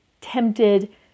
tempted